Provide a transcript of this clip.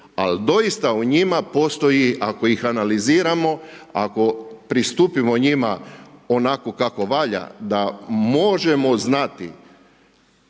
Al doista o njima postoji, ako ih analiziramo, ako pristupimo njima onako kako valja, da možemo znati